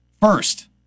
First